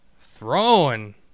throwing